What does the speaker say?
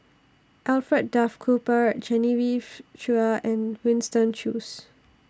Alfred Duff Cooper Genevieve Chua and Winston Choos